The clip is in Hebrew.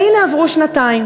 והנה עברו שנתיים,